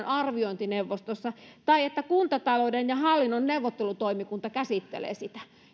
arviointineuvostossa tai että kuntatalouden ja hallinnon neuvottelutoimikunta käsittelee sitä